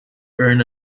earned